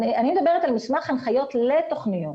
אני מדברת על מסמך הנחיות לתוכניות.